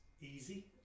easy